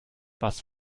was